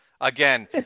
Again